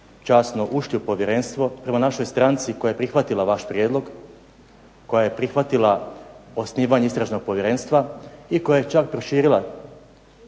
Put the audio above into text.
časno ušli u povjerenstvo, prema našoj stranci koja je prihvatila vaš prijedlog, koja je prihvatila osnivanje istražnog povjerenstva i koja je čak proširila